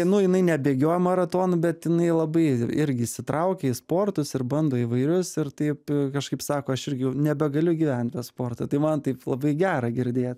nu jinai nebėgioja maratonų bet jinai labai irgi įsitraukė į sportus ir bando įvairius ir taip kažkaip sako aš irgi nebegaliu gyvent be sporto tai man taip labai gera girdė